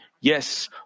Yes